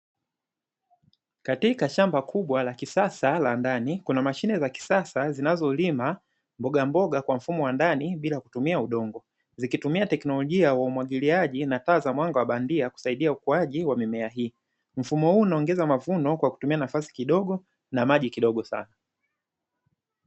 Katika shamba kubwa la kisasa la ndani kuna mashine za kisasa zinazolima mbogamboga kwa mfumo wa ndani bila kutumia udongo, zikitumia teknolojia ya umwagiliaji, na taa za mwanga wa bandia, husaidia ukuaji wa mimea hii, mfumo huu unaongeza mavuno kwa kutumia nafasi kidogo na maji kidogo sana.